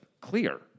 clear